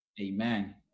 amen